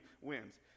wins